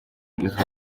izo